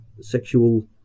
sexual